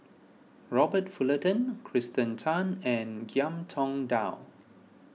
Robert Fullerton Kirsten Tan and Ngiam Tong Dow